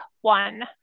one